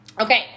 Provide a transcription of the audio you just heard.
Okay